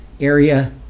area